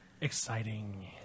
Exciting